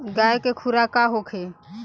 गाय के खुराक का होखे?